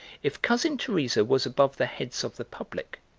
if cousin teresa was above the heads of the public,